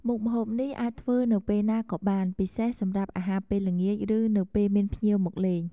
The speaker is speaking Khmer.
មុខម្ហូបនេះអាចធ្វើនៅពេលណាក៏បាន ពិសេសសម្រាប់អាហារពេលល្ងាច ឬនៅពេលមានភ្ញៀវមកលេង។